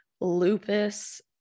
lupus